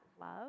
love